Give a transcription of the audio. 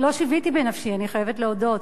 שיוויתי בנפשי, אני חייבת להודות,